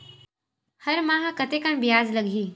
हर माह कतेकन ब्याज लगही?